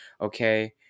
Okay